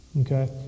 okay